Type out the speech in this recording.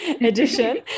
edition